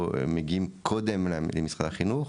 לא מגיעים קודם למשרד החינוך.